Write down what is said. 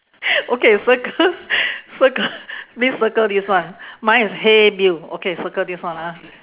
okay circle circle please this circle this one mine is hey bill okay circle this one ah